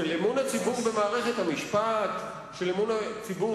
של אמון הציבור במערכת המשפט, של אמון הציבור